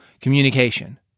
communication